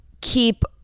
keep